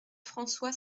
françois